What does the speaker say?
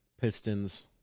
Pistons